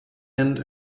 end